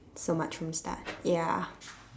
so much from the start ya